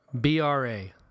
B-R-A